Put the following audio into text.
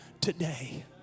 today